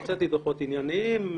הוצאתי דוחות ענייניים.